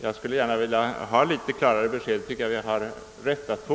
Jag skulle mycket gärna vilja ha ett klart besked på den punkten; det tycker jag att vi har rätt att få.